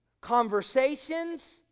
conversations